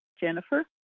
Jennifer